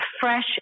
fresh